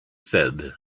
said